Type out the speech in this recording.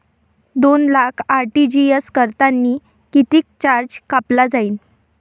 दोन लाख आर.टी.जी.एस करतांनी कितीक चार्ज कापला जाईन?